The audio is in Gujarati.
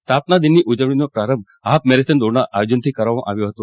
સ્થાપનાદિનની ઉજવણીનો આરંભ હાફ મેરેથોન દોડના આયોજનથી કરવામાં આવ્યો હતો